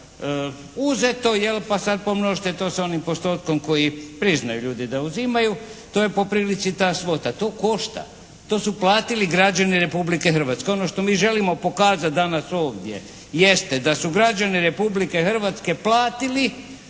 uzeto jel' pa sad pomnožite to sa onim postotkom koji priznaju ljudi da uzimaju, to je po prilici ta svota. To košta, to su platili građani Republike Hrvatske. Ono što mi želimo pokazati danas ovdje jeste da su građani Republike Hrvatske platili,